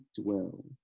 dwell